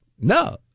No